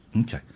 okay